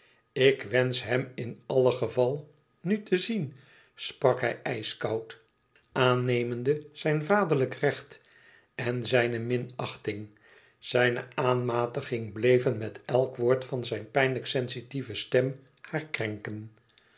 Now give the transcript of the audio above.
ik wensch hem in alle geval nu te zien sprak hij ijskoud aannemende zijn vaderlijk recht en zijne minachting zijne aanmatiging bleven met elk woord van zijn pijnlijk sensitieve stem haar krenken